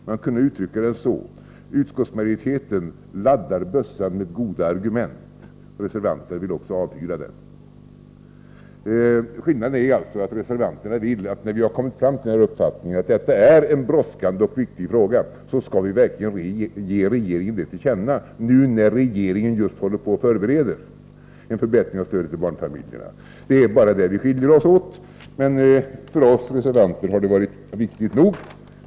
Man kan uttrycka skillnaden så, att utskottsmajoriteten laddar bössan med goda argument, och reservanterna vill också avfyra den. Skillnaden är alltså att reservanterna vill att vi, när vi nu har kommit fram till uppfattningen att detta är en brådskande och viktig fråga, verkligen skall ge regeringen det till känna nu när regeringen just håller på att förbereda en förbättring av stödet till barnfamiljerna. Det är bara i fråga om detta vi skiljer oss åt. Men för oss reservanter har det varit viktigt nog.